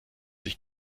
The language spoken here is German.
sich